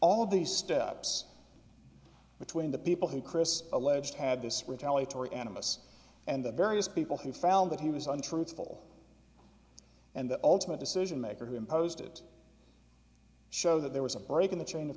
these steps between the people who chris alleged had this retaliatory animists and the various people who found that he was untruthful and the ultimate decision maker who imposed it show that there was a break in the chain